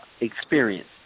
experience